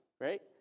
right